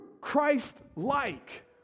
Christ-like